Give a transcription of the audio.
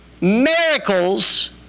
Miracles